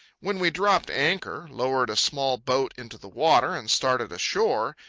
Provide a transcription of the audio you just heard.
when we dropped anchor, lowered a small boat into the water, and started ashore,